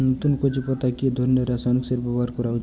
নতুন কচি পাতায় কি ধরণের রাসায়নিক সার ব্যবহার করা উচিৎ?